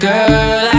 Girl